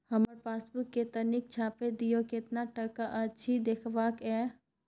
हमर पासबुक के तनिक छाय्प दियो, केतना टका अछि देखबाक ये?